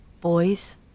Boys